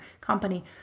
company